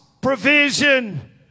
Provision